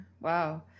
Wow